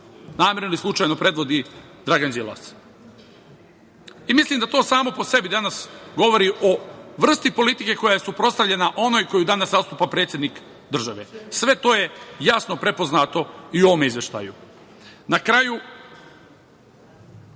namerno ili slučajno, predvodi Dragan Đilas. Mislim da to samo po sebi danas govori o vrsti politike koja je suprotstavljena onoj koju danas zastupa predsednik države. Sve to je jasno prepoznato i u ovom izveštaju. Na